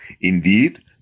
Indeed